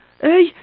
Hey